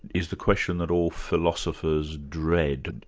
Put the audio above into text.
is the question that all philosophers dread.